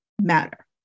matter